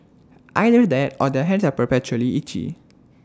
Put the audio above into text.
either that or their hands are perpetually itchy